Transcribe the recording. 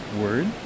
word